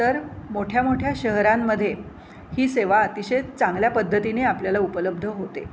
तर मोठ्या मोठ्या शहरांमध्ये ही सेवा अतिशय चांगल्या पद्धतीने आपल्याला उपलब्ध होते